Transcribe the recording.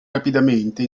rapidamente